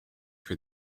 for